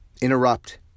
Interrupt